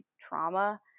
trauma